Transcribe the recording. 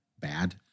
bad